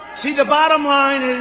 see. the bottom line is